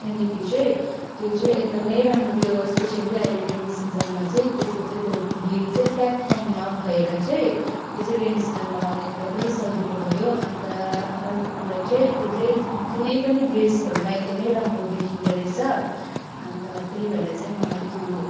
त्यहाँदेखि चाहिँ त्यो चाहिँ एकदमै राम्रो त्यो स्पिस्यली अहिले रेनी सिजनमा चाहिँ त्यसको चाहिँ हिल चाहिँ प्ल्याटफर्ममा भएर चाहिँ त्यो चाहिँ रेनी सिजनमा लाउनु एकदमै सजिलो भयो अन्त अर्को कुरा चाहिँ त्यो चाहिँ जुनै पनि ड्रेसहरूमा एकदमै राम्रो देखिँदो रहेछ अन्त त्यही भएर चाहिँ मलाई त्यो